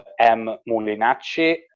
mmulinacci